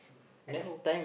at home